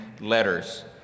letters